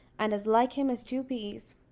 and as like him as two peas.